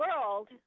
world